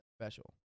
special